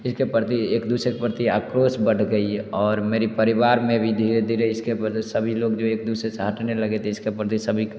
इसके प्रति एक दूसरे के प्रति आक्रोश बढ़ गई और मेरी परिवार में भी धीरे धीरे इसके प्रति सभी लोग जो एक दूसरे से हटने लगे इसके प्रति सभी